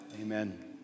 Amen